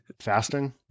fasting